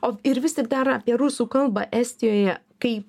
o ir vis tik dar apie rusų kalbą estijoje kai